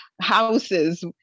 houses